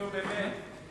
נו, באמת.